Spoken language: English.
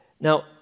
Now